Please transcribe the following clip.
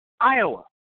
Iowa